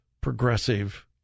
progressive